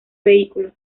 vehículos